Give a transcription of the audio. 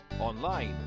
online